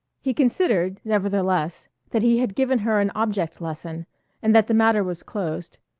he considered, nevertheless, that he had given her an object-lesson and that the matter was closed,